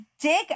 dig